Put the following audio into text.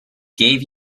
gave